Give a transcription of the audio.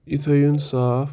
یہِ تھٲیوُن صاف